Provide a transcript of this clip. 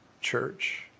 church